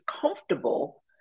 comfortable